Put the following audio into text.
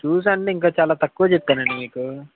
చూసి అంటే ఇంకా చాలా తక్కువే చెప్పనండి మీకు